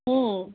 ହଁ